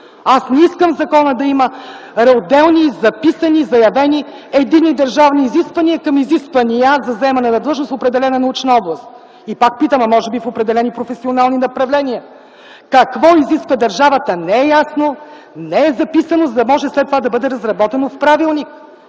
Аз не искам в закона да има отделни записани, заявени единни държавни изисквания към Изисквания за заемане на длъжност в определена научна област. И пак питам: а може би по определени професионални направления? Не е ясно, не е записано какво изисква държавата, за да може след това да бъде разработено в правилник.